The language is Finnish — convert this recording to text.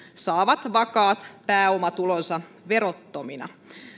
saavat vakaat pääomatulonsa verottomina